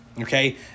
okay